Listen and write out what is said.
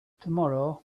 tomorrow